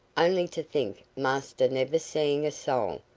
only to think, master never seeing a soul,